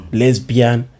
lesbian